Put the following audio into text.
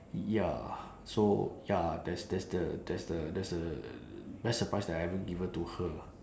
ya so ya that's that's the that's the that's the best surprise that I ever given to her